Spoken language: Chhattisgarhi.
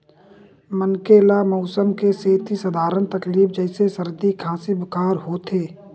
मनखे ल मउसम के सेती सधारन तकलीफ जइसे सरदी, खांसी, बुखार होथे